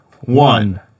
One